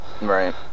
Right